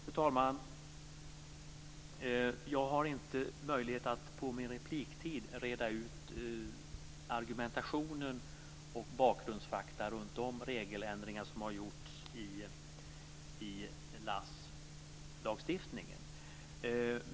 Fru talman! Jag har inte möjlighet att under min repliktid reda ut argumentationen och bakgrundsfakta runt de regeländringar som har gjorts i LASS.